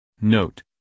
note